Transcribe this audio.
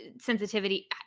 sensitivity